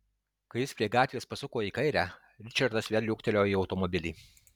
kai jis prie gatvės pasuko į kairę ričardas vėl liuoktelėjo į automobilį